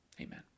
Amen